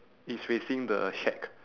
is facing the shack